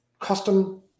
custom